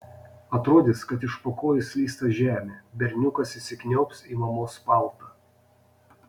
atrodys kad iš po kojų slysta žemė berniukas įsikniaubs į mamos paltą